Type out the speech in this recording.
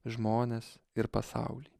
žmones ir pasaulį